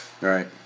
Right